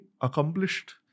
accomplished